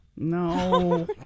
No